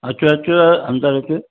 अचु अचु अंदरु अचु